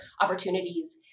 opportunities